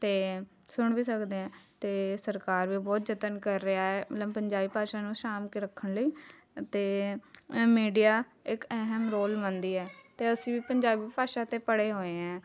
ਅਤੇ ਸੁਣ ਵੀ ਸਕਦੇ ਹੈ ਅਤੇ ਸਰਕਾਰ ਵੀ ਬਹੁਤ ਯਤਨ ਕਰ ਰਿਹਾ ਹੈ ਮਤਲਬ ਪੰਜਾਬੀ ਭਾਸ਼ਾ ਨੂੰ ਸਾਂਭ ਕੇ ਰੱਖਣ ਲਈ ਅਤੇ ਮੀਡੀਆ ਇੱਕ ਅਹਿਮ ਰੋਲ ਮੰਨਦੀ ਹੈ ਅਤੇ ਅਸੀਂ ਵੀ ਪੰਜਾਬੀ ਭਾਸ਼ਾ ਤੇ ਪੜ੍ਹੇ ਹੋਏ ਹੈ